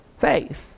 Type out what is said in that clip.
faith